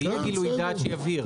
ויהיה גילוי דעת שיבהיר,